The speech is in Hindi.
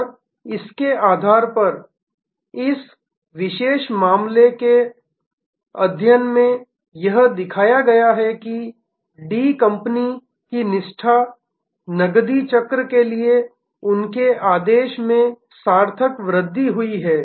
और इसके आधार पर इस विशेष मामले के अध्ययन में यह दिखाया गया है कि डी कंपनी की निष्ठा नकदी चक्र के लिए उनके आदेश में सार्थक वृद्धि हुई है